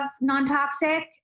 non-toxic